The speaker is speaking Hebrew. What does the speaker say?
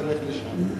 תלך לשם.